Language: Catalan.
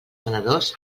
senadors